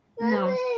No